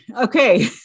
Okay